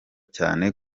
cyane